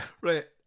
Right